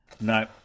No